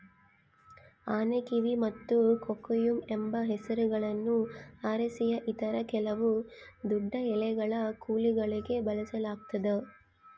ಆನೆಕಿವಿ ಮತ್ತು ಕೊಕೊಯಮ್ ಎಂಬ ಹೆಸರುಗಳನ್ನು ಅರೇಸಿಯ ಇತರ ಕೆಲವು ದೊಡ್ಡಎಲೆಗಳ ಕುಲಗಳಿಗೆ ಬಳಸಲಾಗ್ತದ